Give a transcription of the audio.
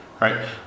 Right